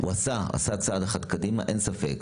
הוא עשה צעד אחד קדימה, אין ספק.